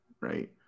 right